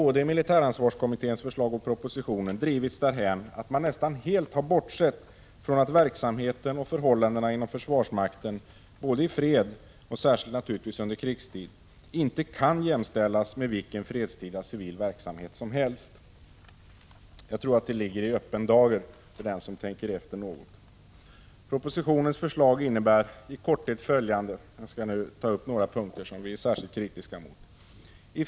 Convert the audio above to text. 1985/86:134 förslag och i propositionen drivits därhän att man nästan helt har bortsett från 6 maj 1986 att verksamheten och förhållandena inom försvarsmakten både i fred och naturligtvis särskilt under krig inte kan jämställas med vilken fredstida civil verksamhet som helst. Jag tror att detta ligger i öppen dag för den som tänker efter något. Jag skall nu i korthet ta upp några punkter i propositionens förslag som vi är särskilt kritiska mot.